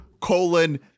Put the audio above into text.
colon